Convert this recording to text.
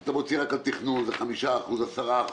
אתה מוציא רק על תכנון זה 5%, 10%